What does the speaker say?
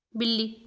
ਬਿੱਲੀ